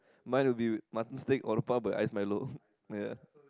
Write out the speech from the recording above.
mine will be Mutton-Steak but Iced Milo